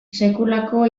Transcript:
sekulako